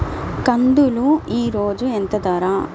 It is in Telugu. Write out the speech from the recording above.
కందులు ఈరోజు ఎంత ధర?